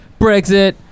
Brexit